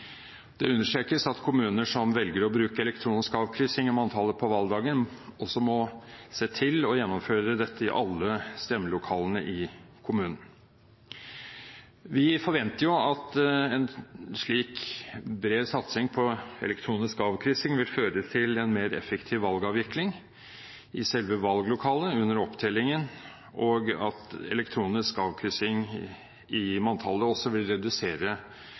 Det understrekes at kommuner som velger å bruke elektronisk avkryssing i manntallet på valgdagen, må se til å gjennomføre dette i alle stemmelokalene i kommunen. Vi forventer at en slik bred satsing på elektronisk avkryssing vil føre til en mer effektiv valgavvikling i selve valglokalet under opptellingen, og at elektronisk avkryssing i manntallet også vil redusere